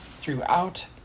throughout